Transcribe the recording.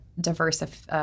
diverse